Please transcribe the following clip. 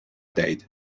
دهید